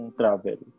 travel